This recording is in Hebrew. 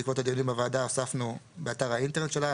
בעקבות הדיונים בוועדה הוספנו "באתר האינטרנט שלה",